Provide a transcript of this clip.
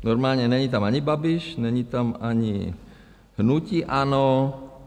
Normálně není tam ani Babiš, není tam ani hnutí ANO.